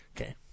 Okay